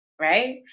right